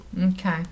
Okay